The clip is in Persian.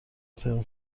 ترم